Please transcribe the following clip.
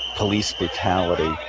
police brutality.